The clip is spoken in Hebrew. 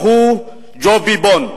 שהוא "ג'וביבון".